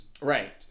Right